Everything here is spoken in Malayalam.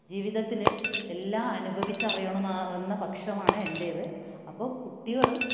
ജീവിതത്തിൽ എല്ലാം അനുഭവിച്ച് അറിയണം എന്നാണ് എന്ന പക്ഷമാണ് എൻറേത് അപ്പോൾ കുട്ടികളും